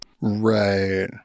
right